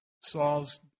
Saul's